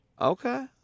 Okay